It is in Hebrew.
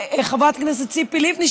חברת הכנסת ציפי לבני,